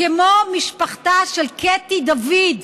כמו משפחתה של קטי דוד,